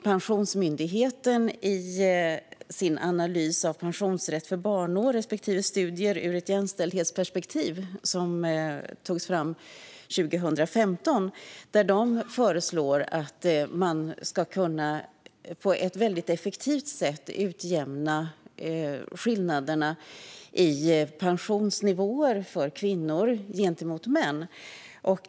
Pensionsmyndigheten säger i sin utredning Analys av pensionsrätt för barnår respektive studier ur ett jämställdhetsperspektiv , som togs fram 2015, att det finns väldigt effektiva sätt att utjämna skillnaderna i pensionsnivåer för kvinnor och män.